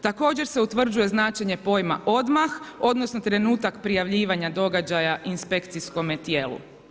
Također se utvrđuje značenje pojma odmah odnosno trenutak prijavljivanja događaja inspekcijskome tijelu.